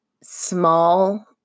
small